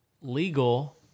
Legal